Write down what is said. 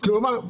כלומר,